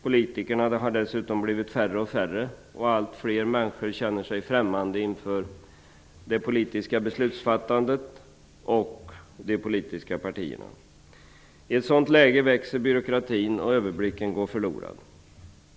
Politikerna har dessutom blivit färre och färre, och allt fler människor känner sig främmande inför det politiska beslutsfattandet och de politiska partierna. I ett sådant läge växer byråkratin och överblicken går förlorad.